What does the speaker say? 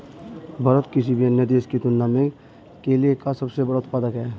भारत किसी भी अन्य देश की तुलना में केले का सबसे बड़ा उत्पादक है